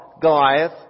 Goliath